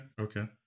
Okay